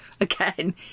again